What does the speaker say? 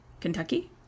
kentucky